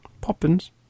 Poppins